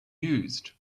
used